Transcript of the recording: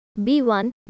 B1